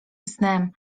snem